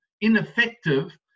ineffective